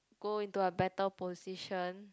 go into a better position